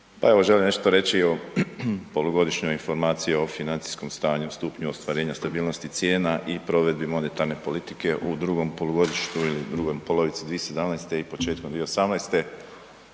četvrta točka su Polugodišnja informacija o financijskom stanju, stupnju ostvarenja stabilnosti cijena i provedbi monetarne politike za drugo polugodište 2017. i Polugodišnja